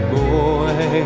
boy